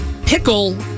Pickle